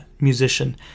Musician